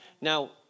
Now